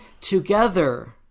together